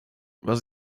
was